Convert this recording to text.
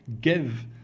Give